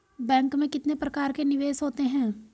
Bank में कितने प्रकार के निवेश होते हैं?